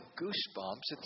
goosebumps